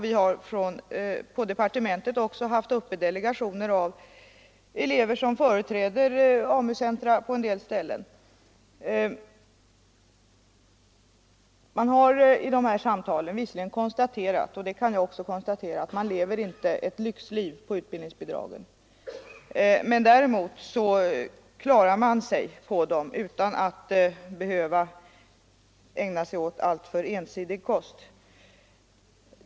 Vi har också i departementet haft delegationer av elever från olika AMU-centra. I dessa samtal har man visserligen konstaterat — och det kan jag också konstatera — att man inte lever ett lyxliv på utbildningsbidragen, men att man klarar sig på dem utan att tvingas till alltför ensidig kost.